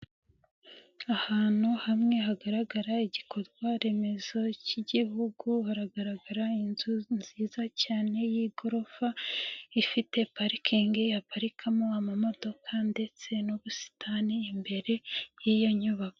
Ahantu hamwe hagaragara igikorwa remezo cy'igihugu haragaragara inzu nziza cyane y'igorofa, ifite parikingi yaparikamo amamodoka ndetse n'ubusitani imbere, y'iyo nyubako.